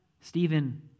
Stephen